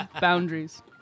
boundaries